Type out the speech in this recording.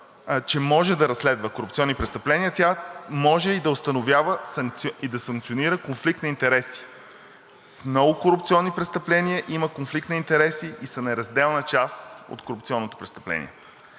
може да разследва корупционни престъпления, тя може да установява и да санкционира конфликт на интереси. В много корупционни престъпления има конфликт на интереси и са неразделна част от корупционното престъпление.